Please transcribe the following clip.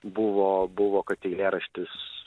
buvo buvo kad eilėraštis